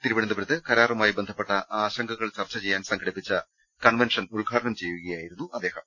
തിരുവനന്തപുരത്ത് കരാറുമായി ബന്ധപ്പെട്ട ആശ ങ്കകൾ ചർച്ച ചെയ്യാൻ സംഘടിപ്പിച്ച കൺവെൻഷൻ ഉദ്ഘാടനം ചെയ്യുക യായിരുന്നു അദ്ദേഹം